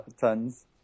tons